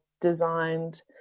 designed